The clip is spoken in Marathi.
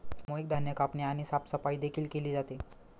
सामूहिक धान्य कापणी आणि साफसफाई देखील केली जाते